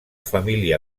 família